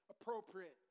appropriate